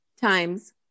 Times